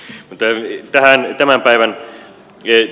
mutta tähän tämän päivän teemaan